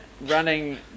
running